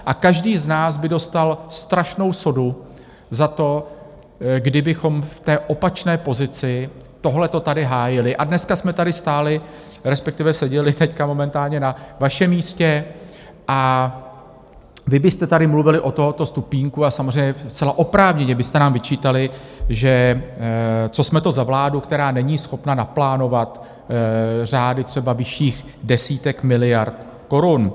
A každý z nás by dostal strašnou sodu za to, kdybychom v té opačné pozici tohleto tady hájili a dneska jsme tady stáli, respektive seděli teď momentálně, na vašem místě a vy byste tady mluvili od tohoto stupínku a samozřejmě zcela oprávněně byste nám vyčítali, co jsme to za vládu, která není schopna naplánovat řády třeba vyšších desítek miliard korun.